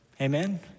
amen